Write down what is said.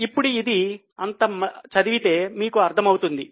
ఇప్పుడు ఇది అంత చదివితే మీకు అర్థమవుతుంది